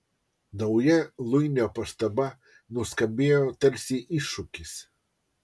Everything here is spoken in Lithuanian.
nauja luinio pastaba nuskambėjo tarsi iššūkis